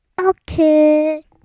okay